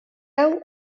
hau